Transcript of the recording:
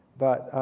but